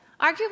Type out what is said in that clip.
arguably